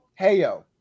heyo